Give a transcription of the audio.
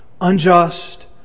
unjust